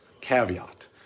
caveat